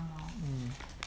mm